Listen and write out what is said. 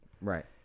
Right